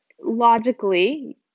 logically